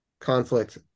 conflict